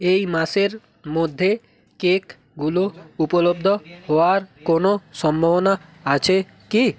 এই মাসের মধ্যে কেকগুলো উপলব্ধ হওয়ার কোনও সম্ভবনা আছে কি